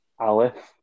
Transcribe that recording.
Alice